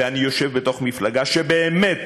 ואני יושב בתוך מפלגה שבאמת,